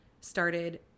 started